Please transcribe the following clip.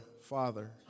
Father